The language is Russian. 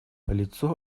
лицо